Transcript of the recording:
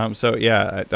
um so yeah,